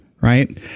right